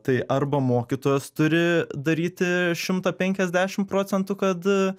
tai arba mokytojas turi daryti šimtą penkiasdešim procentų kad